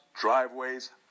driveways